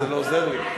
אבל זה לא עוזר לי.